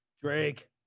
Drake